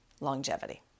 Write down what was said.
longevity